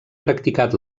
practicat